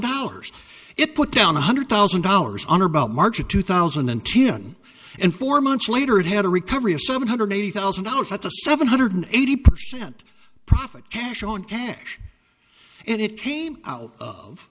dollars it put down one hundred thousand dollars on or about march of two thousand and ten and four months later it had a recovery of seven hundred eighty thousand dollars at the seven hundred eighty percent profit cash on cash and it came out of